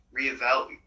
reevaluate